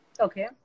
Okay